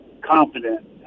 Confident